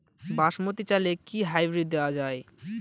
বাসমতী চালে কি হাইব্রিড দেওয়া য়ায়?